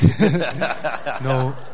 no